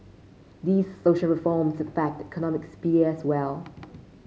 these social reforms affect economic sphere as well